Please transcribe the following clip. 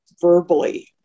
verbally